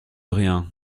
rien